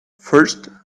first